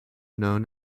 known